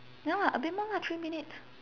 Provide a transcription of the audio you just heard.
ya a bit more lah three minutes